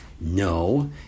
No